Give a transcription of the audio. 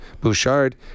Bouchard